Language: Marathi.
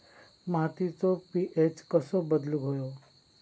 मातीचो पी.एच कसो बदलुक होयो?